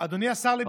מצטרפים לברכות.